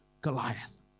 Goliath